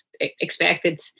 expected